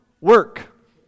work